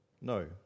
No